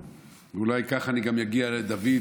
אולי ככה אני גם אגיע לדוד,